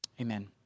Amen